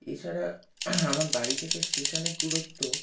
এছাড়া আমার বাড়ি থেকে স্টেশনের দূরত্ব